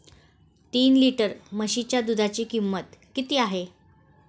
तीन लिटर म्हशीच्या दुधाची किंमत किती आहे?